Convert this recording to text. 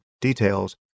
details